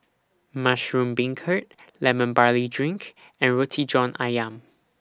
Mushroom Beancurd Lemon Barley Drink and Roti John Ayam